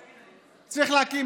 צריך להתמקד בשירות לאזרח,